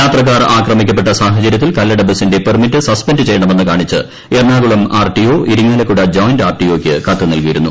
യാത്രക്കാർ ആക്രമിക്കപ്പെട്ട സാഹചര്യത്തിൽ കല്ലട ബസിന്റെ പെർമിറ്റ് സസ്പെൻഡ് ചെയ്യണമെന്ന് കാണിച്ച് Ernakulam RTO Irinjalakuda joint R T ഒയ്ക്ക് കത്തു നൽകിയിരുന്നു